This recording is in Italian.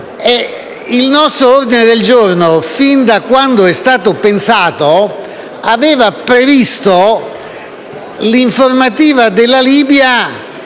il nostro ordine del giorno, fin da quando e stato pensato, aveva previsto che l’informativa sulla Libia